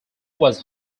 was